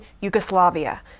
Yugoslavia